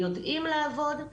ויודעים לעבוד.